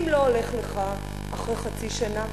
אם לא הולך לך אחרי חצי שנה,